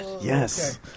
Yes